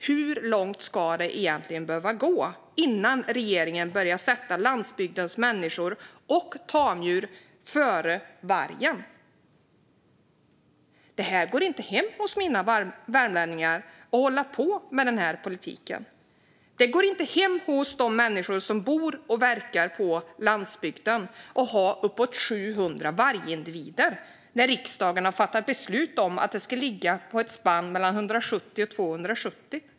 Hur långt ska det egentligen behöva gå innan regeringen börjar sätta landsbygdens människor och tamdjur före vargen? Det går inte hem hos mina värmlänningar att hålla på med den här politiken. Det går inte hem hos de människor som bor och verkar på landsbygden att ha uppåt 700 vargindivider när riksdagen har fattat beslut om att antalet ska ligga på mellan 170 och 270.